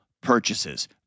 purchases